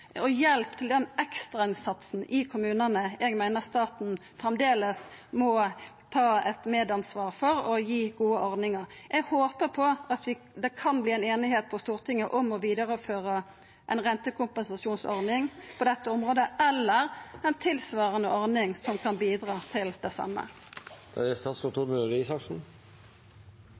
i kommunane eg meiner staten framleis må ta eit medansvar for og gi gode ordningar for. Eg håper på at det kan verta ei einigheit på Stortinget om å føra vidare ei rentekompensasjonsordning på dette området eller om ei tilsvarande ordning som kan bidra til det same.